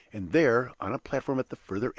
and there, on a platform at the further end,